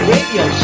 Radio